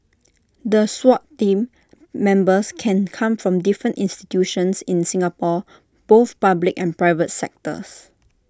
the Swat Team Members can come from different institutions in Singapore both public and private sectors